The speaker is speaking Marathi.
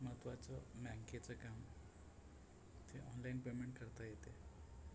महत्त्वाचं बँकेचं काम ते ऑनलाईन पेमेंट करता येते